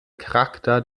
charakter